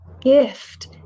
gift